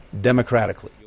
democratically